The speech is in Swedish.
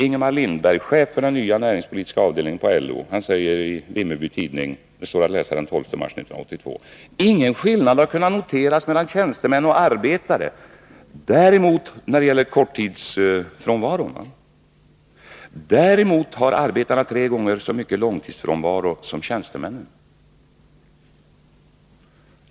Ingemar Lindberg, chef för den nya näringspolitiska avdelningen i LO, säger — Olof Palme var också inne på det —- i Vimmerby Tidning den 12 mars 1982: Ingen skillnad har kunnat noteras mellan tjänstemän och arbetare när det gäller korttidsfrånvaro. Däremot har arbetarna tre gånger så mycket långtidsfrånvaro som tjänstemännen.